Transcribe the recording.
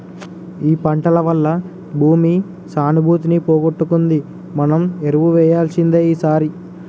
ఈ పంటల వల్ల భూమి సానుభూతిని పోగొట్టుకుంది మనం ఎరువు వేయాల్సిందే ఈసారి